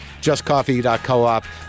JustCoffee.coop